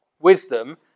Wisdom